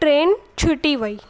train छुटी वई